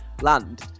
land